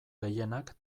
gehienak